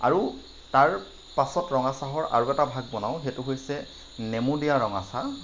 আৰু তাৰ পাছত ৰঙা চাহৰ আৰু এটা ভাগ বনাওঁ সেইটো হৈছে নেমু দিয়া ৰঙা চাহ